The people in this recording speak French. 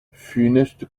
funeste